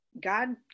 god